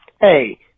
Hey